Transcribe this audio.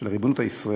של הריבונות הישראלית,